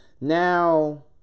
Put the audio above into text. Now